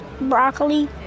Broccoli